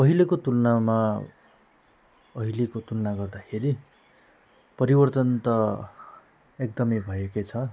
पहिलेको तुलनामा अहिलेको तुलना गर्दाखेरि परिवर्तन त एकदमै भएकै छ